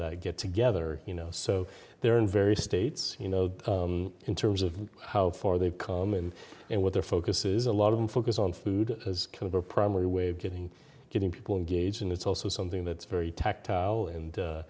that get together you know so they're in various states you know in terms of how far they've come in and what their focus is a lot of them focus on food as kind of a primary way of getting getting people engaged and it's also something that's very tactile and